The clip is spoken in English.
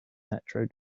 metro